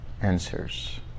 answers